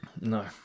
no